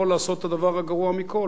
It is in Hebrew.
או לעשות את הדבר הגרוע מכול,